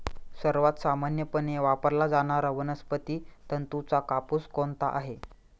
सर्वात सामान्यपणे वापरला जाणारा वनस्पती तंतूचा कापूस कोणता आहे?